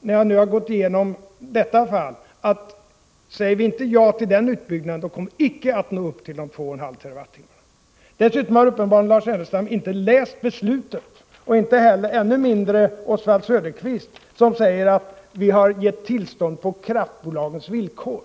när jag nu har gått igenom detta fall, att säger vi inte ja till den utbyggnaden så kommer vi icke att nå upp till de 2,5 terawattimmarna. Dessutom har uppenbarligen Lars Ernestam inte läst beslutet och ännu mindre Oswald Söderqvist som säger att vi har gett tillstånd på kraftbolagens villkor.